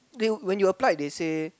they'll when you applied they say